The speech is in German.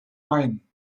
main